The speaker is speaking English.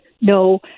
no